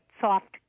soft